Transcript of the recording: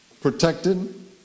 protected